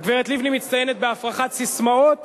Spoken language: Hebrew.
הגברת לבני מצטיינת בהפרחת ססמאות